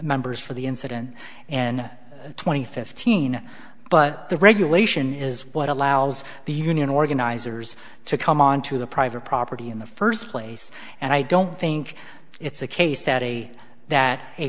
members for the incident in twenty fifteen but the regulation is what allows the union organizers to come onto the private property in the first place and i don't think it's a case that a that a